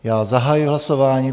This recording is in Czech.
Já zahajuji hlasování.